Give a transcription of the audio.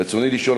ברצוני לשאול,